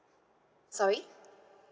sorry